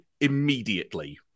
immediately